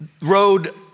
road